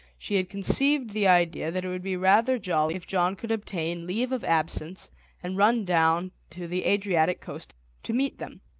she had conceived the idea that it would be rather jolly if john could obtain leave of absence and run down to the adriatic coast to meet them.